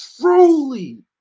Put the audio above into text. truly